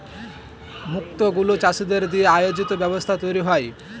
মুক্ত গুলো চাষীদের দিয়ে আয়োজিত ব্যবস্থায় তৈরী হয়